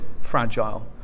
fragile